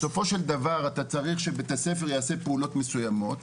בסופו של דבר אתה צריך שבית-הספר יעשה פעולות מסוימות,